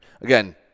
Again